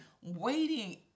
waiting